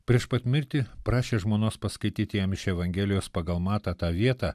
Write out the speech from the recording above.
prieš pat mirtį prašė žmonos paskaityti jam iš evangelijos pagal matą tą vietą